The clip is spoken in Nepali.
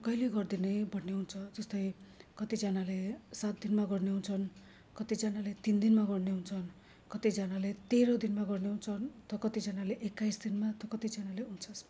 कहिले गरिदिने भन्ने हुन्छ जस्तै कतिजनाले सात दिनमा गर्ने हुन्छन् कतिजनाले तिन दिनमा गर्ने हुन्छन् कतिजनाले तेह्र दिनमा गर्ने हुन्छन् त कतिजनाले एक्काइस दिनमा त कतिजनाले उन्चासमा